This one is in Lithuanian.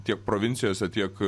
tiek provincijose tiek